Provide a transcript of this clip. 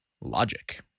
logic